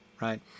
right